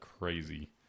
crazy